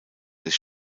des